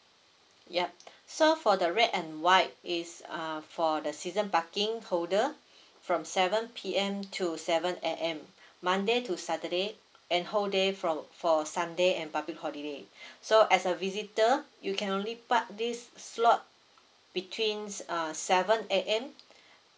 yup so for the red and white is err for the season parking holder from seven P_M to seven A_M monday to saturday and whole day from for sunday and public holiday so as a visitor you can only park this slot between uh seven A_M